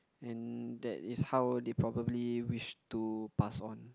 and that is how they probably wish to pass on